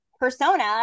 persona